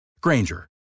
Granger